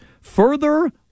further